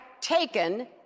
taken